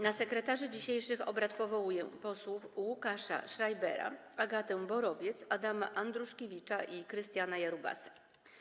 Na sekretarzy dzisiejszych obrad powołuję posłów Łukasza Schreibera, Agatę Borowiec, Adama Andruszkiewicza i Krystiana Jarubasa.